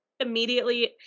immediately